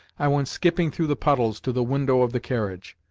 i went skipping through the puddles to the window of the carriage.